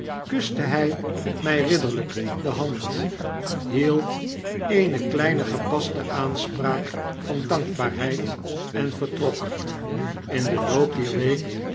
kuste hij my ridderlyk de hand hield eene kleine gepaste aanspraak van dankbaarheid en vertrok in den loop dier week